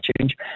change